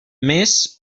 més